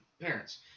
parents